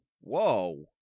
whoa